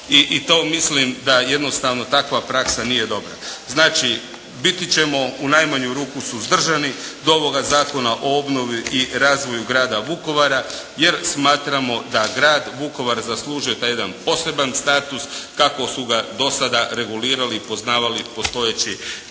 I to mislim da jednostavno takva praksa nije dobra. Znači, biti ćemo u najmanju ruku suzdržani, do ovoga Zakona o obnovi i razvoju Grada Vukovara, jer smatrao da Grad Vukovar zaslužio taj jedan poseban status, kako su ga do sada regulirali i poznavali postojeća